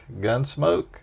Gunsmoke